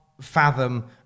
fathom